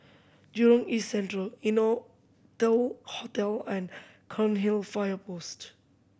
Jurong East Central Innotel Hotel and Cairnhill Fire Post